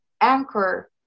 anchor